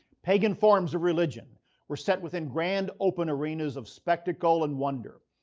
pagan forms of religion were set within grand open arenas of spectacle, and wonder.